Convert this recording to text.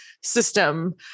system